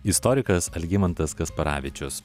istorikas algimantas kasparavičius